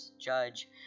judge